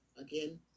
Again